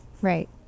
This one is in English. Right